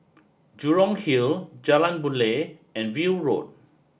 Jurong Hill Jalan Boon Lay and View Road